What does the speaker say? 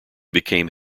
became